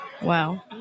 Wow